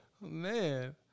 Man